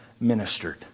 ministered